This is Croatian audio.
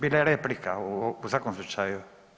Bila je replika u svakom slučaju.